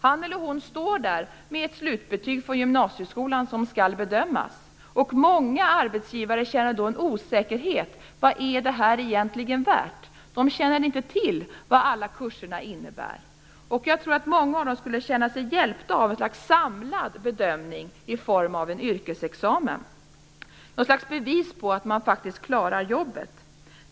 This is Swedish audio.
Han eller hon står där med ett slutbetyg från gymnasieskolan som skall bedömas, och många arbetsgivare känner då en osäkerhet om vad det egentligen är värt. De känner inte till vad alla kurserna innebär. Jag tror att många av dem skulle känna sig hjälpta av ett slags samlad bedömning i form av en yrkesexamen, något slags bevis på att man klarar jobbet.